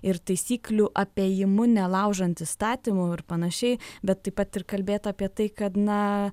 ir taisyklių apėjimu nelaužant įstatymų ir panašiai bet taip pat ir kalbėt apie tai kad na